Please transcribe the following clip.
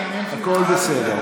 הכול בסדר.